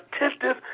attentive